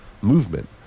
movement